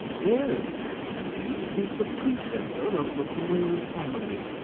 there, said candide, is the preceptor of the royal family.